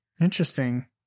Interesting